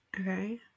Okay